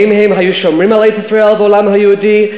האם הם היו שומרים על ארץ-ישראל והעולם היהודי,